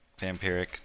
vampiric